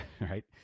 right